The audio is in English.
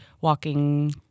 Walking